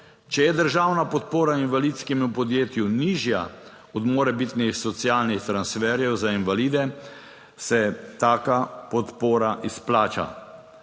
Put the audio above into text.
Če je državna podpora invalidskemu podjetju nižja od morebitnih socialnih transferjev za invalide, se taka podpora izplača.